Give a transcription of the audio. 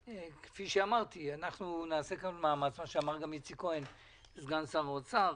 אנחנו נעשה כאן מאמץ, כפי שאמר גם סגן שר האוצר,